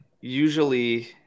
usually